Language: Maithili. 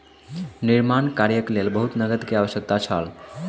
निर्माण कार्यक लेल बहुत नकद के आवश्यकता छल